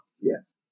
yes